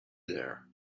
there